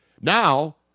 Now